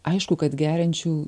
aišku kad geriančių